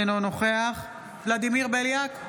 אינו נוכח ולדימיר בליאק,